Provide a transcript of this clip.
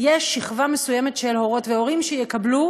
יש שכבה מסוימת של הורות והורים שיקבלו